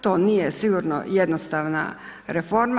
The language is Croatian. To nije sigurno jednostavna reforma.